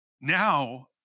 now